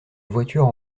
voiture